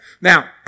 Now